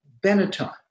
Benetton